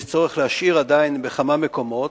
יש צורך להשאיר עדיין בכמה מקומות,